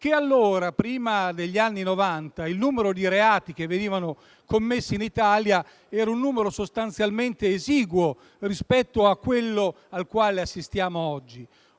che allora, prima degli anni Novanta, il numero di reati commessi in Italia era sostanzialmente esiguo rispetto a quello al quale assistiamo oggi.